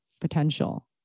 potential